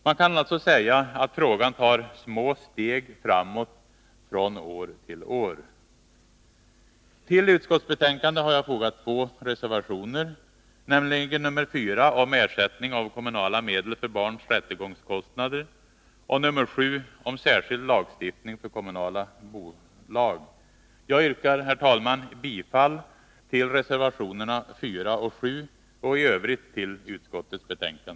Man kan också säga att frågan tar små steg framåt från år till år. Till utskottsbetänkandet har jag fogat två reservationer, nämligen nr 4 om ersättning av kommunala medel för barns rättegångskostnader och nr 7 om särskild lagstiftning för kommunala bolag. Jag yrkar, herr talman, bifall till reservationerna 4 och 7 och i övrigt till utskottets hemställan.